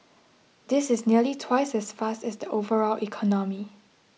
this is nearly twice as fast as the overall economy